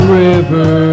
river